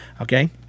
okay